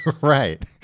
Right